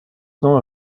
non